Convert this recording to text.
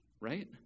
right